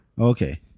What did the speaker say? Okay